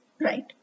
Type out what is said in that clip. right